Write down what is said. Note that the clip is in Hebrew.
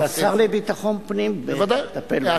השר לביטחון פנים מטפל בזה.